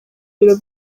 biro